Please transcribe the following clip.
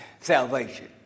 salvation